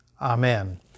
amen